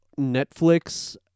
Netflix